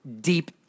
deep